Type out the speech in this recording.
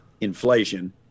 inflation